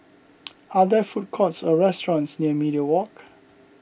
are there food courts or restaurants near Media Walk